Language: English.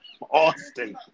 Austin